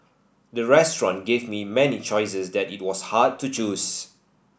the restaurant gave me many choices that it was hard to choose